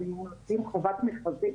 אז אם עושים חובת מכרזים,